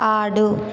ఆడు